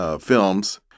films